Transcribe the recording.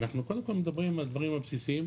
אנחנו קודם כל מדברים על הדברים הבסיסיים,